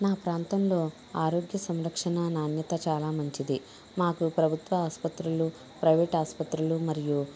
నా ప్రాంతంలో ఆరోగ్య సంరక్షణ నాణ్యత చాలా మంచిది మాకు ప్రభుత్వ ఆసుపత్రులు ప్రైవేట్ ఆస్పత్రులు మరియు